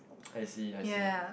I see I see